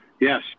Yes